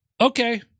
Okay